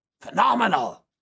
Phenomenal